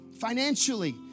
financially